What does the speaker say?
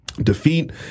defeat